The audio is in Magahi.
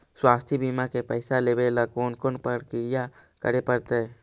स्वास्थी बिमा के पैसा लेबे ल कोन कोन परकिया करे पड़तै?